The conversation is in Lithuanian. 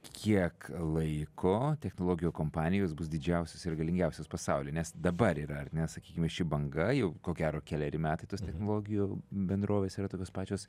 kiek laiko technologijų kompanijos bus didžiausios ir galingiausios pasaulyje nes dabar yra ar ne sakykime ši banga jau ko gero keleri metai tos technologijų bendrovės yra tokios pačios